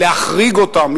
להחריג אותם,